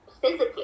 physically